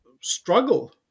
struggle